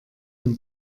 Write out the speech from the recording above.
dem